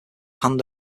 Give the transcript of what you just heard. hand